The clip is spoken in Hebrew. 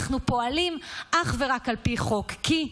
אנחנו פועלים אך ורק על פי חוק, כי,